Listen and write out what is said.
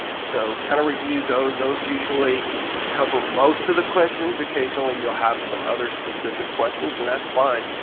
so kind of review those, those usually cover most of the questions. occasionally you'll have some other specific questions and that's fine.